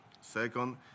Second